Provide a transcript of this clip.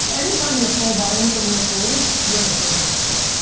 anytime you have full buy-in from your employees, you're in a dangerous place.